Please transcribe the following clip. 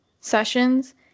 sessions